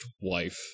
wife